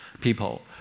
people